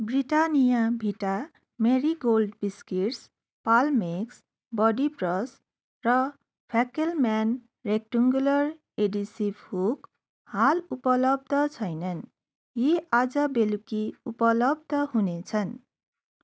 Britannia Vita Marie Gold biscuit Palmex body brush र फाकेलम्यान rectangular adhesive hook हाल उपलब्ध छैनन् यी आज बेलुकी उपलब्ध हुनेछन्